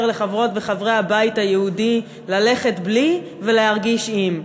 לחברות וחברי הבית היהודי ללכת בלי ולהרגיש עם.